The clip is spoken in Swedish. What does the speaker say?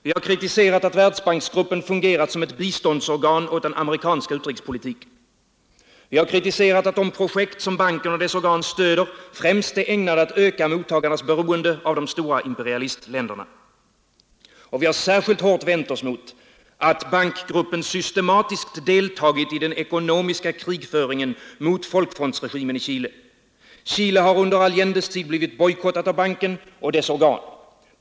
Vi har kritiserat att Världsbanksgruppen har fungerat som ett biståndsorgan åt den amerikanska utrikespolitiken. Vi har kritiserat att de projekt som banken och dess organ stöder främst är ägnade att öka mottagarnas beroende av de stora imperialistländerna. Och vi har särskilt hårt vänt oss mot att bankgruppen systematiskt har deltagit i den ekonomiska krigföringen mot folkfrontsregimen i Chile. Chile har under Allendes tid blivit bojkottat av banken och dess organ.